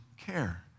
care